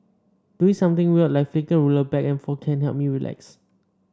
doing something weird like flicking a ruler back and forth can help me relax